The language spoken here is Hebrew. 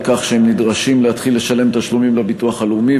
כך שהם נדרשים להתחיל לשלם תשלומים לביטוח הלאומי,